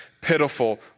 pitiful